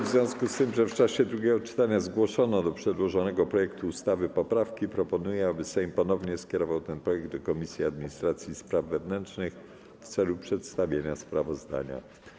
W związku z tym, że już w czasie drugiego czytania zgłoszono do przedłożonego projektu ustawy poprawki, proponuję, aby Sejm ponownie skierował ten projekt do Komisji Administracji i Spraw Wewnętrznych w celu przedstawienia sprawozdania.